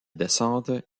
descente